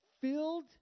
filled